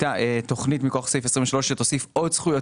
תוכנית מכוח סעיף 23 שתוסיף עוד זכויות